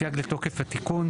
סייג לתוקף התיקון.